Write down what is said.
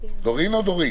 בשלב הזה אישור.